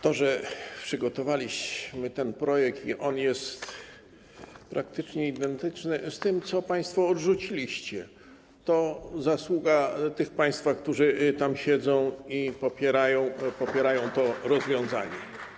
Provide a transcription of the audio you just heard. To, że przygotowaliśmy ten projekt i on jest praktycznie identyczny z tym, co państwo odrzuciliście, to zasługa tych państwa, którzy tam siedzą i popierają to rozwiązanie.